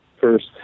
First